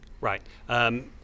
Right